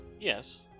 yes